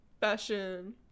Fashion